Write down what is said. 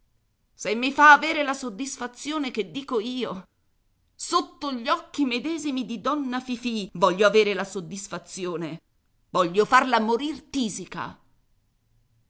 se mi fa avere la soddisfazione che dico io sotto gli occhi medesimi di donna fifì voglio avere la soddisfazione voglio farla morir tisica